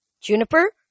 Juniper